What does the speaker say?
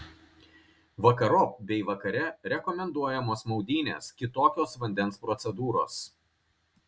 vakarop bei vakare rekomenduojamos maudynės kitokios vandens procedūros